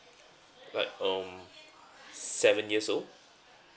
right um seven years old